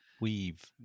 weave